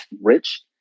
rich